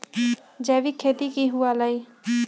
जैविक खेती की हुआ लाई?